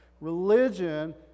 Religion